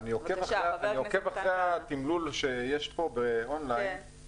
אני עוקב אחרי התמלול שיש פה און ליין.